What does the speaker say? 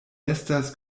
estas